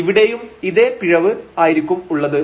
ഇവിടെയും ഇതേ പിഴവ് ആയിരിക്കും ഉള്ളത്